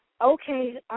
Okay